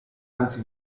anzi